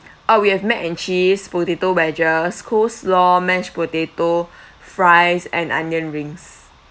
oh we have mac and cheese potato wedges coleslaw mashed potato fries and onion rings